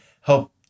help